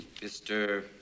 Mr